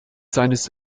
seines